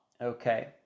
Okay